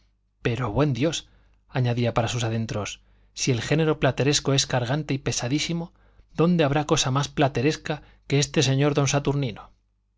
pero buen dios añadía para sus adentros si el género plateresco es cargante y pesadísimo dónde habrá cosa más plateresca que este señor don saturnino